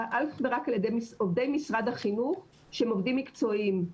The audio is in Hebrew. אך ורק על ידי עובדי משרד החינוך שהם עובדים מקצועיים.